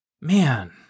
man